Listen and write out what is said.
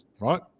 right